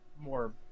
more